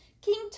King